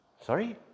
Sorry